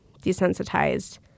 desensitized